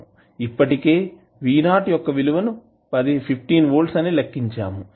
ఇప్పటికే v యొక్క విలువ ను 15 వోల్ట్స్ అని లెక్కించాము